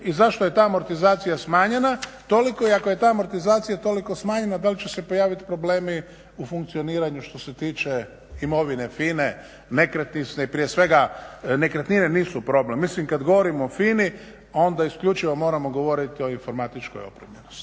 i zašto je ta amortizacija smanjena toliko i ako je ta amortizacija toliko smanjena, da li će se pojaviti problemi u funkcioniranju što se tiče imovine FINA-e, nekretninske i prije svega nekretnine nisu problem. Mislim, kada govorimo o FINA-i onda isključivo moramo govoriti o informatičkoj opremljenosti